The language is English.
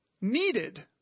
needed